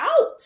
out